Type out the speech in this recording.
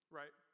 right